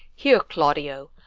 here, claudio,